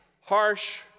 harsh